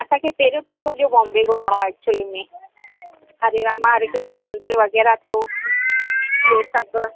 असांखे पहिरियों त सॼो बॉम्बे घुमणो आहे एक्चुली में हरे रामा हरे कृष्णा मंदिर वग़ैरह थियो इहो सभु